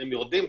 מחירים יורדים,